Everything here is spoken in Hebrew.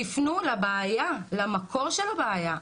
תפנו לבעיה, למקור של הבעיה.